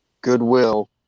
goodwill